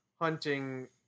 hunting